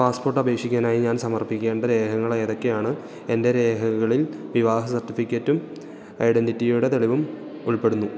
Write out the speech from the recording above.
പാസ്പോർട്ടപേക്ഷിക്കാനായി ഞാൻ സമർപ്പിക്കേണ്ട രേഖകളേതൊക്കെയാണ് എൻ്റെ രേഖകളിൽ വിവാഹ സർട്ടിഫിക്കറ്റും ഐഡൻറ്റിറ്റിയുടെ തെളിവും ഉൾപ്പെടുന്നു